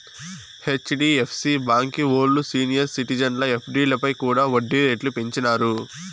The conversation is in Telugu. హెచ్.డీ.ఎఫ్.సీ బాంకీ ఓల్లు సీనియర్ సిటిజన్ల ఎఫ్డీలపై కూడా ఒడ్డీ రేట్లు పెంచినారు